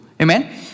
Amen